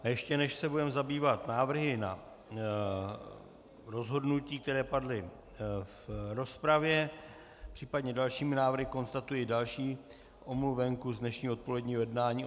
Ještě než se budeme zabývat návrhy na rozhodnutí, které padly v rozpravě, případně dalšími návrhy, konstatuji další omluvenku z dnešního odpoledního jednání.